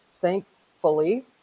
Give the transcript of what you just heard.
Thankfully